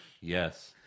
Yes